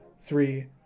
Three